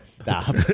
Stop